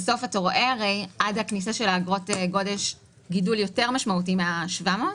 אתה רואה הרי שעד הכניסה של האגרות גודש יש גידול יותר משמעותי מה-700.